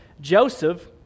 Joseph